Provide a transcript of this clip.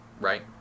right